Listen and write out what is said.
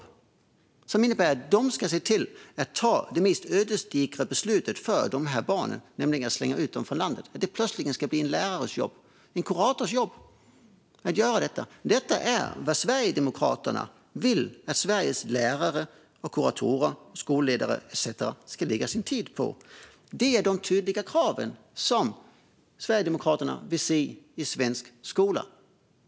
Denna plikt innebär att det är de som ska fatta det mest ödesdigra beslutet för barnen, nämligen att slänga ut dem från landet. Detta ska plötsligt bli lärarens eller kuratorns jobb. Det är vad Sverigedemokraterna vill att Sveriges lärare, kuratorer, skolledare etcetera ska lägga sin tid på. Det är de tydliga krav som Sverigedemokraterna vill se i svensk skola.